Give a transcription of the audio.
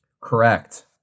correct